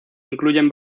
incluyen